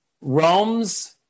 Rome's